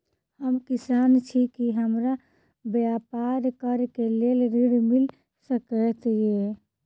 हम किसान छी की हमरा ब्यपार करऽ केँ लेल ऋण मिल सकैत ये?